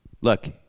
Look